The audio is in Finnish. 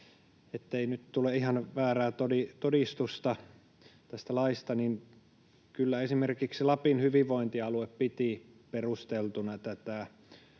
Ettei nyt tule ihan väärää todistusta tästä laista, niin kyllä esimerkiksi Lapin hyvinvointialue piti perusteltuna ja